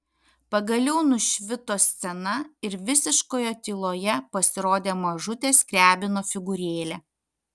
pagaliau nušvito scena ir visiškoje tyloje pasirodė mažutė skriabino figūrėlė